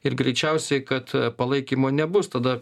ir greičiausiai kad palaikymo nebus tada